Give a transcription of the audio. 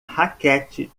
raquete